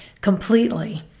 completely